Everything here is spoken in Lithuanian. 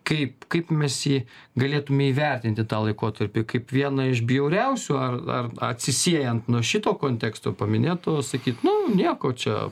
kaip kaip mes jį galėtume įvertinti tą laikotarpį kaip vieną iš bjauriausių ar ar atsisiejant nuo šito konteksto paminėto sakyt nu nieko čia